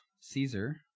Caesar